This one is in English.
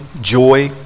joy